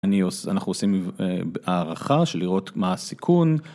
אנחנו עושים הערכה של לראות מה הסיכון.